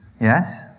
yes